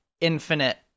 Infinite